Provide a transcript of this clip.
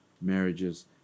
marriages